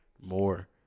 more